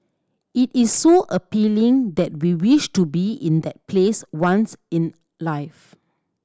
it is so appealing that we wish to be in that place once in life